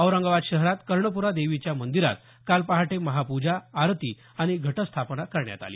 औरंगाबाद शहरात कर्णप्रा देवीच्या मंदिरात काल पहाटे महापूजा आरती आणि घटस्थापना करण्यात आली